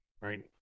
Right